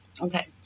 Okay